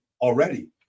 already